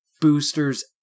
boosters